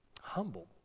humble